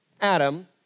Adam